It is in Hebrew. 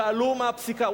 שאלו מה הפסיקה,